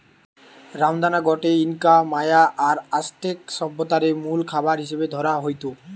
রামদানা গটে Inca, Maya আর অ্যাজটেক সভ্যতারে মুল খাবার হিসাবে ধরা হইত